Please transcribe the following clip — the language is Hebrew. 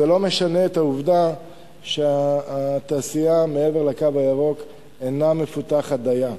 זה לא משנה את העובדה שהתעשייה מעבר ל"קו הירוק" אינה מפותחת דיה.